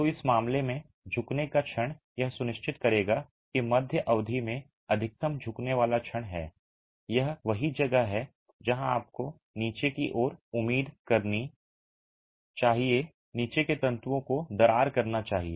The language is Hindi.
तो इस मामले में झुकने का क्षण यह सुनिश्चित करेगा कि मध्य अवधि में अधिकतम झुकने वाला क्षण है और यही वह जगह है जहां आपको नीचे की ओर उम्मीद करनी चाहिए नीचे के तंतुओं को दरार करना चाहिए